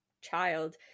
child